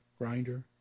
Grinder